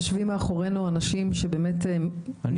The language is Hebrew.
יושבים מאחורינו אנשים שנפצעו.